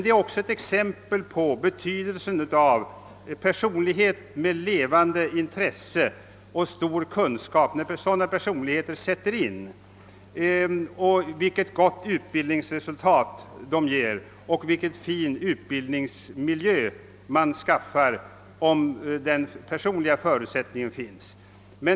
Det är ett exempel på den betydelse som en personlighet med levande intresse och stor kunskap kan ha för idrotten och hur ett gott utbildningsresultat och en fin utbildningsmiljö kan skapas om de personliga förutsättningarna finns.